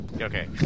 Okay